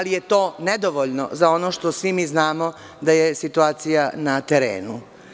To je nedovoljno za ono što svi mi znamo da je situacija na terenu.